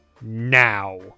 now